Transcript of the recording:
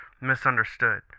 misunderstood